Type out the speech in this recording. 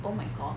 oh my god